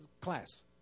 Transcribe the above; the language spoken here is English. class